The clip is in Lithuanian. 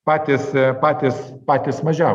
patys patys patys mažiausi